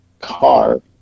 car